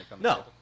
No